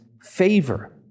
favor